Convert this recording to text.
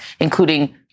including